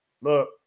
look